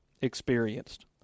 experienced